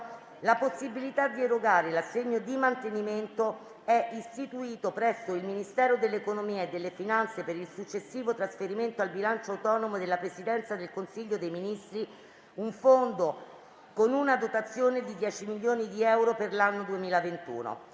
la possibilità di erogare l'assegno di mantenimento, è istituito presso il Ministero dell'economia e delle finanze per il successivo trasferimento al bilancio autonomo della presidenza del Consiglio dei ministri un fondo con una dotazione di 10 milioni di euro per l'anno 2021";